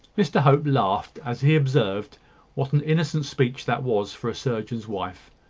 mr hope laughed as he observed what an innocent speech that was for a surgeon's wife.